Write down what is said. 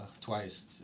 twice